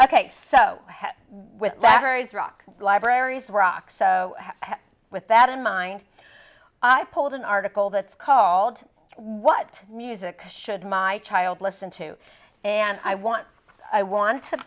batteries rock libraries rock so with that in mind i pulled an article that's called what music should my child listen to and i want i want to